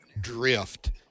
drift